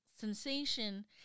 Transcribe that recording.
sensation